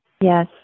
Yes